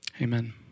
Amen